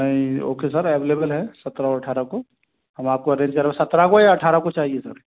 नहीं okay sir available है सत्रह और अट्ठारह को हम आपको अरेंज व्यवस्था तो सत्रह को या अट्ठारह को चाहिए सर